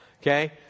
Okay